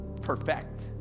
perfect